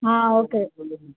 ஆ okay